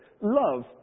love